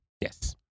Yes